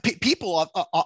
People